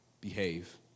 behave